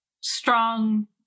strong